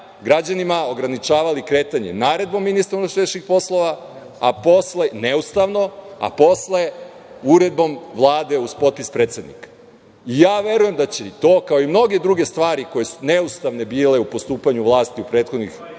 građanima ograničavali kretanje naredbom ministra unutrašnjih poslova neustavno, a posle uredbom Vlade uz potpis predsednika. Verujem da će i to kao i mnoge druge stvari, koje su bile neustavne u postupanju vlasti u prethodnih